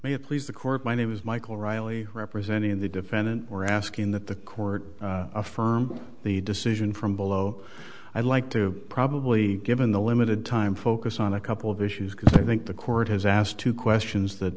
please the court my name is michael riley representing the defendant we're asking that the court affirm the decision from below i'd like to probably given the limited time focus on a couple of issues because i think the court has asked two questions that